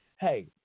hey